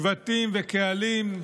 שבטים וקהלים,